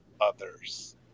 others